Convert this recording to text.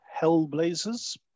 Hellblazers